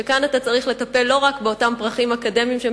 וכאן אתה צריך לטפל לא רק באותם "פרחים אקדמיים" שהם